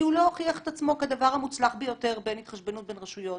הוא לא הוכיח את עצמו כדבר המוצלח ביותר בהתחשבנות בין רשויות,